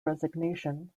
resignation